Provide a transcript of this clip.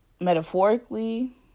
metaphorically